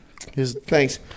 Thanks